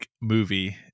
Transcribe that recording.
movie